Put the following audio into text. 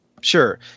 Sure